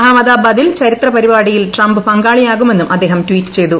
അഹമ്മഭൂബ്ബാദിൽ ചരിത്ര പരിപാടിയിൽ ട്രംപ് പങ്കാളിയാകുമെന്നും അ്ദ്ദേഹം ട്വീറ്റ് ചെയ്തു